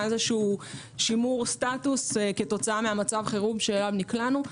היה שימור סטטוס כתוצאה ממצב החירום שאליו נקלענו,